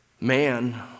Man